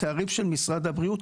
התעריף של משרד הבריאות,